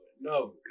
no